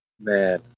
man